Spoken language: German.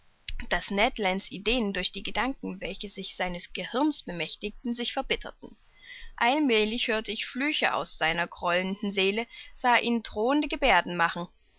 übrigens daß ned lands ideen durch die gedanken welche sich seines gehirns bemächtigten sich verbitterten allmälig hörte ich flüche aus seiner grollenden seele sah ihn drohende geberden machen